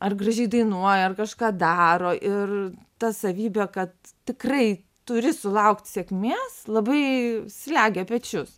ar gražiai dainuoja ar kažką daro ir ta savybė kad tikrai turi sulaukt sėkmės labai slegia pečius